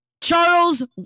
charles